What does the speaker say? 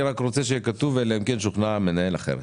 אני רק רוצה שיהיה כתוב "אלא אם כן שוכנע המנהל אחרת".